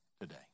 today